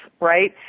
right